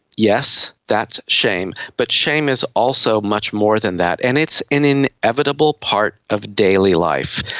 yes, that's shame, but shame is also much more than that and it's an inevitable part of daily life.